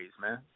man